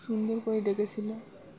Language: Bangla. সুন্দর করে ডেকেছিল